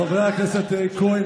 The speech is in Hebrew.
הדובר הבא, חבר הכנסת אוהד טל